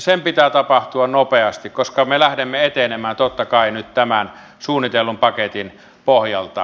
sen pitää tapahtua nopeasti koska me lähdemme etenemään totta kai nyt tämän suunnitellun paketin pohjalta